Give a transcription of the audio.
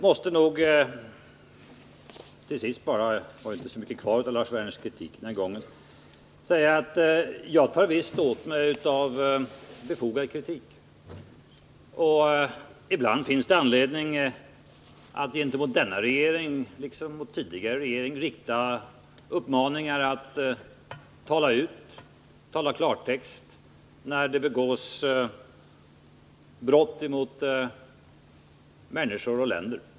Det var inte så mycket kvar av Lars Werners kritik denna gång. Jag tar visst åt mig av befogad kritik. Ibland finns det anledning att — också till denna regering — rikta uppmaningar om att den skall tala ut, använda klartext, när det begås brott mot människor och länder.